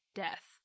death